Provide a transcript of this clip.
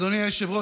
אדוני היושב-ראש,